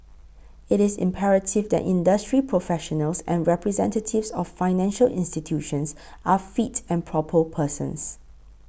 it is imperative that industry professionals and representatives of financial institutions are fit and proper persons